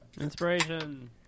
Inspiration